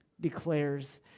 declares